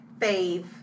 fave